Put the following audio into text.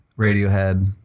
radiohead